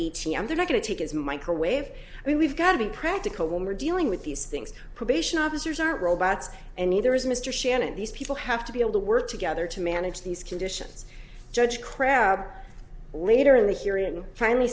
they're going to take as microwave we've got to be practical when we're dealing with these things probation officers aren't robots and neither is mr shannon these people have to be able to work together to manage these conditions judge crabb later in the hearing and finally